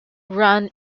run